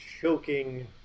choking